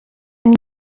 and